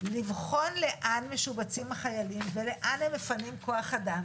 לבחון לאן משובצים החיילים ולאן הם מפנים כוח אדם,